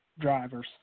drivers